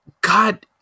God